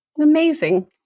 Amazing